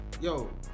Yo